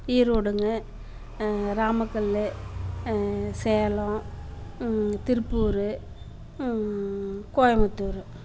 ஈரோடுங்க ராமக்கல் சேலம் திருப்பூர் கோயமுத்தூர்